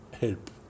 help